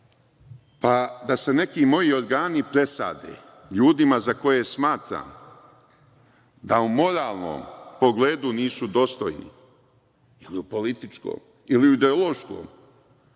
da se neki moji organi presade ljudima za koje smatram da u moralnom pogledu nisu dostojni, u političkom ili ideološkom,